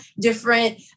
different